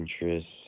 interests